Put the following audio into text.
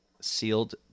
sealed